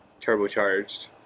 turbocharged